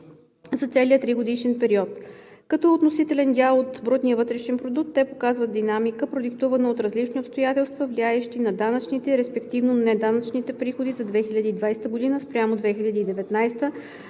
за целия тригодишен период. Като относителен дял от БВП те показват динамика, продиктувана от различни обстоятелства, влияещи на данъчните, респективно неданъчните приходи за 2020 г. спрямо 2019 г.,